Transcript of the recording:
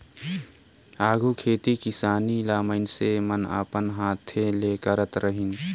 आघु खेती किसानी ल मइनसे मन अपन हांथे ले करत रहिन